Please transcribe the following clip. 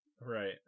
Right